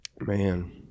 Man